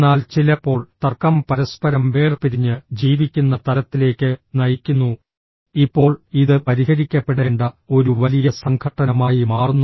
എന്നാൽ ചിലപ്പോൾ തർക്കം പരസ്പരം വേർപിരിഞ്ഞ് ജീവിക്കുന്ന തലത്തിലേക്ക് നയിക്കുന്നു ഇപ്പോൾ ഇത് പരിഹരിക്കപ്പെടേണ്ട ഒരു വലിയ സംഘട്ടനമായി മാറുന്നു